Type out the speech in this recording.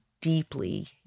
deeply